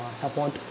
Support